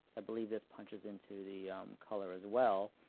i believe this punches into the color as well.